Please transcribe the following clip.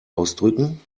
ausdrücken